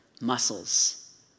muscles